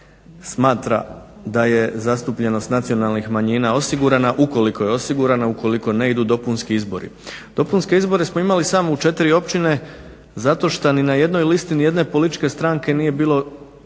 smatra da je zastupljenost nacionalnih manjina osigurana. Ukoliko je osigurana, ukoliko ne idu dopunski izbori. Dopunske izbore smo imali samo u 4 općine zato što ni na jednoj listi nijedne političke stranke nije bilo